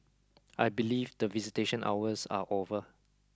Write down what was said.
I believe the visitation hours are over